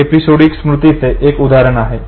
हे एपिसोडिक स्मृतीचे एक उदाहरण आहे